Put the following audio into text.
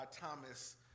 Thomas